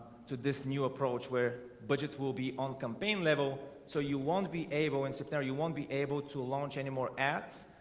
to this new approach where budget will be on campaign level so you won't be able in september you won't be able to launch any more ads